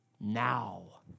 now